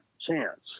chance